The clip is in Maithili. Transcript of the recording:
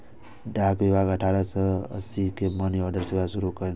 डाक विभाग अठारह सय अस्सी मे मनीऑर्डर सेवा शुरू कयने रहै